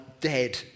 dead